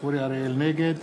נגד